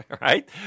right